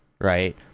right